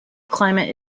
climate